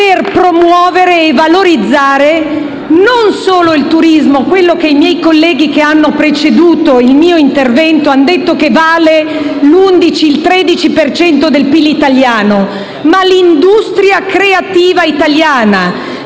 per promuovere e valorizzare non solo il turismo - quello che i miei colleghi che hanno preceduto il mio intervento hanno detto che vale l'11-13 per cento del PIL italiano - ma l'industria creativa italiana,